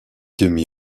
demi